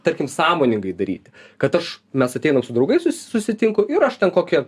tarkim sąmoningai daryt kad aš mes ateinam su draugais susitinku ir aš ten kokią